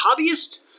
hobbyist